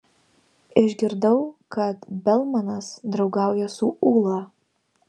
išgirdau kad belmanas draugauja su ūla